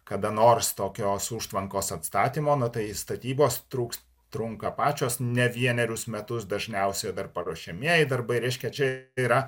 kada nors tokios užtvankos atstatymo na tai statybos truks trunka pačios ne vienerius metus dažniausia dar paruošiamieji darbai reiškia čia yra